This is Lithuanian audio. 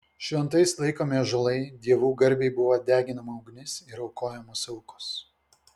šventais laikomi ąžuolai dievų garbei buvo deginama ugnis ir aukojamos aukos